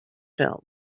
film